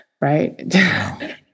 right